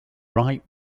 right